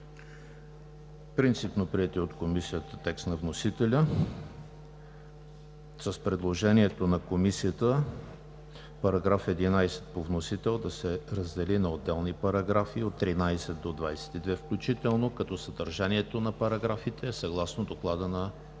принципно приетия от Комисията текст на вносителя, с предложението на Комисията § 11 по вносител да се раздели на отделни параграфи – от 13 до 22 включително, като съдържанието на параграфите е съгласно Доклада на